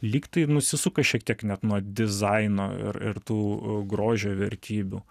lyg tai nusisuka šiek tiek net nuo dizaino ir ir tų grožio vertybių